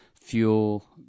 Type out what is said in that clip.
fuel